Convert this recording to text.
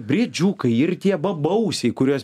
briedžiukai ir tie bobausiai kuriuos